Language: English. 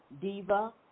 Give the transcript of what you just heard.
Diva